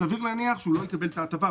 סביר להניח שהוא לא יקבל את ההטבה,